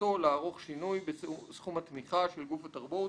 שכוונתו לערוך שינוי בסכום התמיכה של גוף התרבות